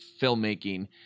filmmaking